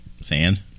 Sand